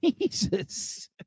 Jesus